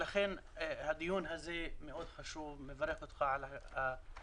לכן הדיון הזה מאוד חשוב ואני מברך אותך על קיומו.